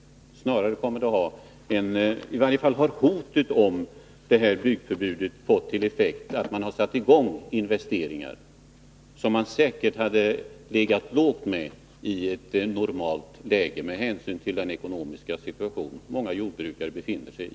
Snarare har hotet om detta byggförbud lett till att det har gjorts investeringar som man, med tanke på den ekonomiska situation som många jordbrukare befinner sig i, i ett normalt läge säkert hade legat lågt med.